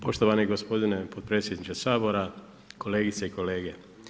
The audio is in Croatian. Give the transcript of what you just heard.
Poštovani gospodine potpredsjedniče Sabora, kolegice i kolege.